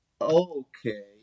Okay